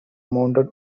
mounted